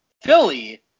philly